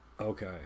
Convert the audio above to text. okay